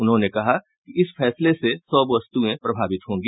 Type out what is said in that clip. उन्होंने कहा कि इस फैसले से सौ वस्तुएं प्रभावित होंगी